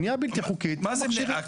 בנייה בלתי חוקית --- מה זה בנייה בלתי חוקית?